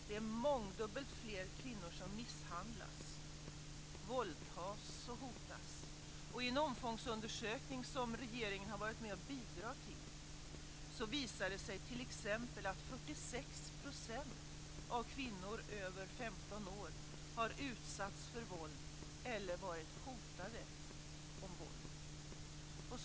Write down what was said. Det är mångdubbelt fler kvinnor som misshandlas, våldtas och hotas. I en omfångsundersökning som regeringen har varit med och bidragit till har det visat det sig t.ex. att 46 % av kvinnor över 15 år har utsatts för våld eller varit hotade med våld.